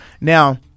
Now